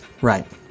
Right